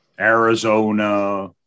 Arizona